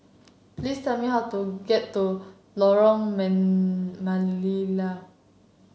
please tell me how to get to Lorong Melayu